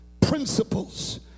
principles